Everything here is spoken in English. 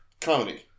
Comedy